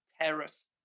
terrace